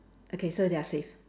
okay so they are safe